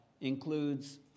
includes